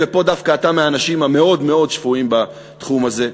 ופה דווקא אתה מהאנשים המאוד-מאוד שפויים בתחום הזה,